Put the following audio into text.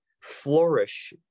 flourish